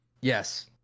yes